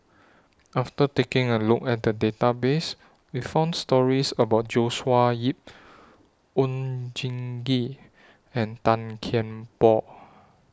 after taking A Look At The Database We found stories about Joshua Ip Oon Jin Gee and Tan Kian Por